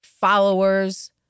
followers